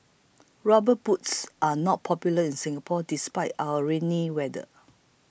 rubber boots are not popular in Singapore despite our rainy weather